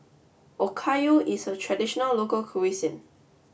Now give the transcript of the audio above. Okayu is a traditional local cuisine